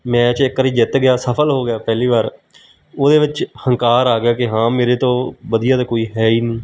match ਇੱਕ ਵਾਰ ਜਿੱਤ ਗਿਆ ਸਫਲ ਹੋ ਗਿਆ ਪਹਿਲੀ ਵਾਰ ਉਹਦੇ ਵਿੱਚ ਹੰਕਾਰ ਆ ਗਿਆ ਕਿ ਹਾਂ ਮੇਰੇ ਤੋਂ ਵਧੀਆ ਤਾਂ ਕੋਈ ਹੈ ਹੀ ਨਹੀਂ